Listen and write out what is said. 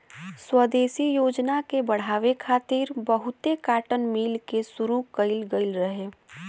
स्वदेशी योजना के बढ़ावे खातिर बहुते काटन मिल के शुरू कइल गइल रहे